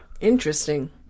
Interesting